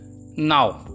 now